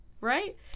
right